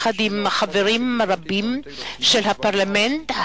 יחד עם חברים רבים של הפרלמנט,